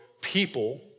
people